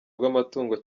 bw’amatungo